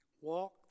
walk